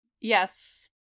Yes